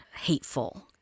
hateful